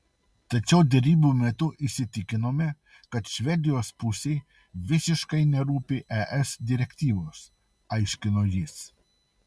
tačiau derybų metu įsitikinome kad švedijos pusei visiškai nerūpi es direktyvos aiškino jis